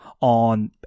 on